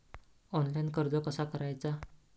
Online कर्ज कसा करायचा?